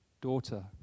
Daughter